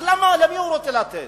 אז למי הוא רוצה לתת?